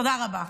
תודה רבה.